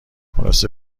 خلاصه